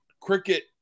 cricket